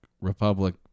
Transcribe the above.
Republic